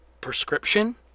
prescription